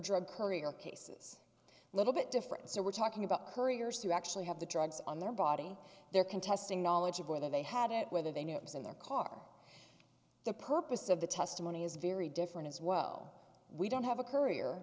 drug courier cases a little bit different so we're talking about couriers who actually have the drugs on their body they're contesting knowledge of where they had it whether they knew it was in their car the purpose of the testimony is very different as well we don't have a c